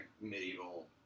medieval